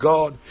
God